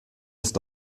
ist